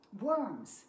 worms